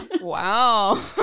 Wow